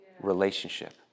relationship